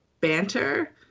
banter